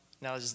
now